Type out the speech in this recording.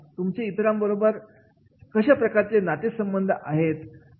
तुमचे इतरांबरोबर अशा प्रकारचे नातेसंबंध आहेत का